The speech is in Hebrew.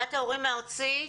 הנהגת ההורים הארצית,